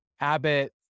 Abbott